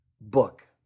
book